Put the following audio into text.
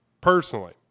personally